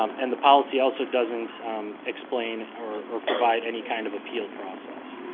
um and the policy also doesn't explain or provide any kind of appeal process.